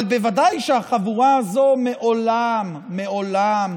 אבל בוודאי שהחבורה הזו מעולם, מעולם,